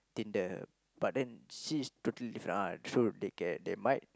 Tinder but then she's totally different ah true they can they might